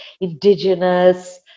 indigenous